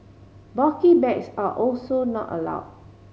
bulky bags are also not allow